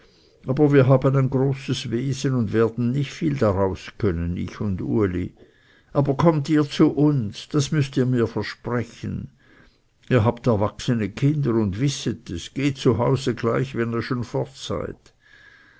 aber wir haben ein großes wesen und werden nicht viel daraus können ich und uli aber kommt ihr zu uns das müßt ihr mir versprechen ihr habt erwachsene kinder und wisset es geht zu hause gleich wenn ihr schon fort seid